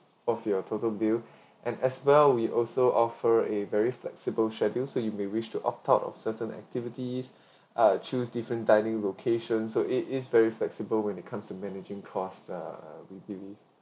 off your total bill and as well we also offer a very flexible schedule so you may wish to opt out of certain activities ah choose different dining location so it is very flexible when it comes to managing cross the itinerary